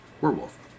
werewolf